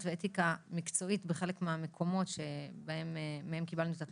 ואתיקה מקצועית בחלק מהמקומות שמהם קיבלנו את התלונות,